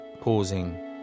pausing